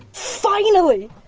finally!